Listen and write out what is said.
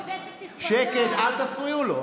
שקט, אל תפריעו לו.